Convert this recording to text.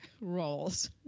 roles